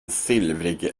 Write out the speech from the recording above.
silvrig